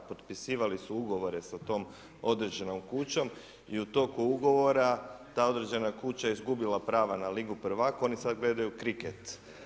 Potpisivali su ugovore sa tom određenom kućom i u toku ugovora, ta određena kuća je izgubila prava na Ligu prvaka, oni sad gledaju kriket.